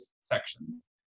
sections